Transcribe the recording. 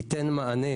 ייתן מענה,